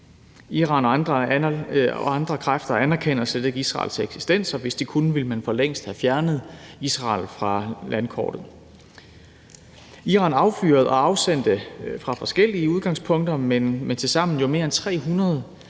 Iran og andre kræfter anerkender slet ikke Israels eksistens, og hvis de kunne, ville man for længst have fjernet Israel fra landkortet. Iran affyrede og afsendte fra forskellige udgangspunkter, men tilsammen jo mere end 300